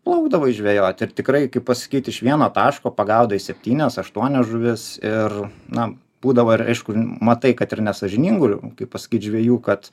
plaukdavai žvejot ir tikrai kaip pasakyti iš vieno taško pagaudai septynias aštuonias žuvis ir na būdavo ir aišku matai kad ir nesąžiningų kaip pasakyt žvejų kad